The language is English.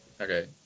okay